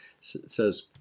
says